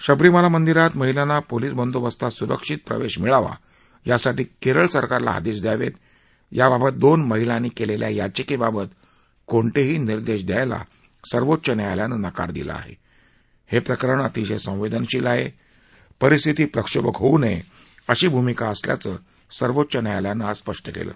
शबरीमाला मंदीरात महिलांना पोलिस बंदोबस्तात सुरक्षित प्रवर्ध मिळावा यासाठी क्रिक्र सरकारला आदधी द्यावद्त याबाबत दोन महिलांनी कलिखा याचिक्खिबत कोणतर्ही निर्देश द्यायला सर्वोच्च न्यायालयानं नकार दिला आह हे प्रिकरण अतिशय संवद्विशील आह परिस्थिती प्रक्षोभक होऊ नय अशी भूमिका असल्याचं सर्वोच्च न्यायालयानं आज स्पष्ट कलि